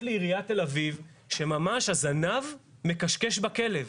לעיריית תל אביב שממש הזנב מקשקש בכלב.